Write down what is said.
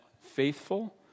faithful